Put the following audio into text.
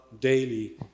daily